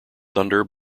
thunder